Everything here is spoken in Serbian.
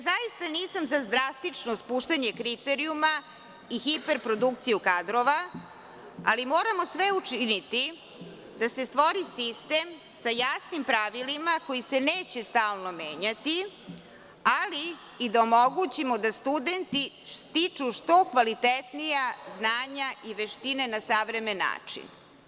Zaista nisam za drastično spuštanje kriterijuma i hiper produkciju kadrova, ali moramo sve učiniti da se stvori sistem sa jasnim pravilima koji se neće stalno menjati, ali i da omogući da studenti stiču što kvalitetnija znanja i veštine na savremen način.